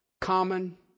Common